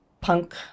punk